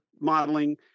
modeling